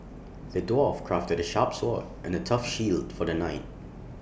the dwarf crafted A sharp sword and A tough shield for the knight